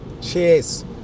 cheers